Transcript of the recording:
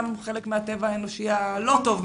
גם חלק מהטבע האנושי הלא-טוב,